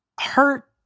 hurt